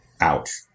ouch